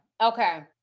Okay